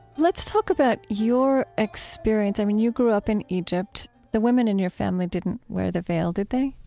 let's talk about your experience. i mean, you grew up in egypt. the women in your family didn't wear the veil, did they?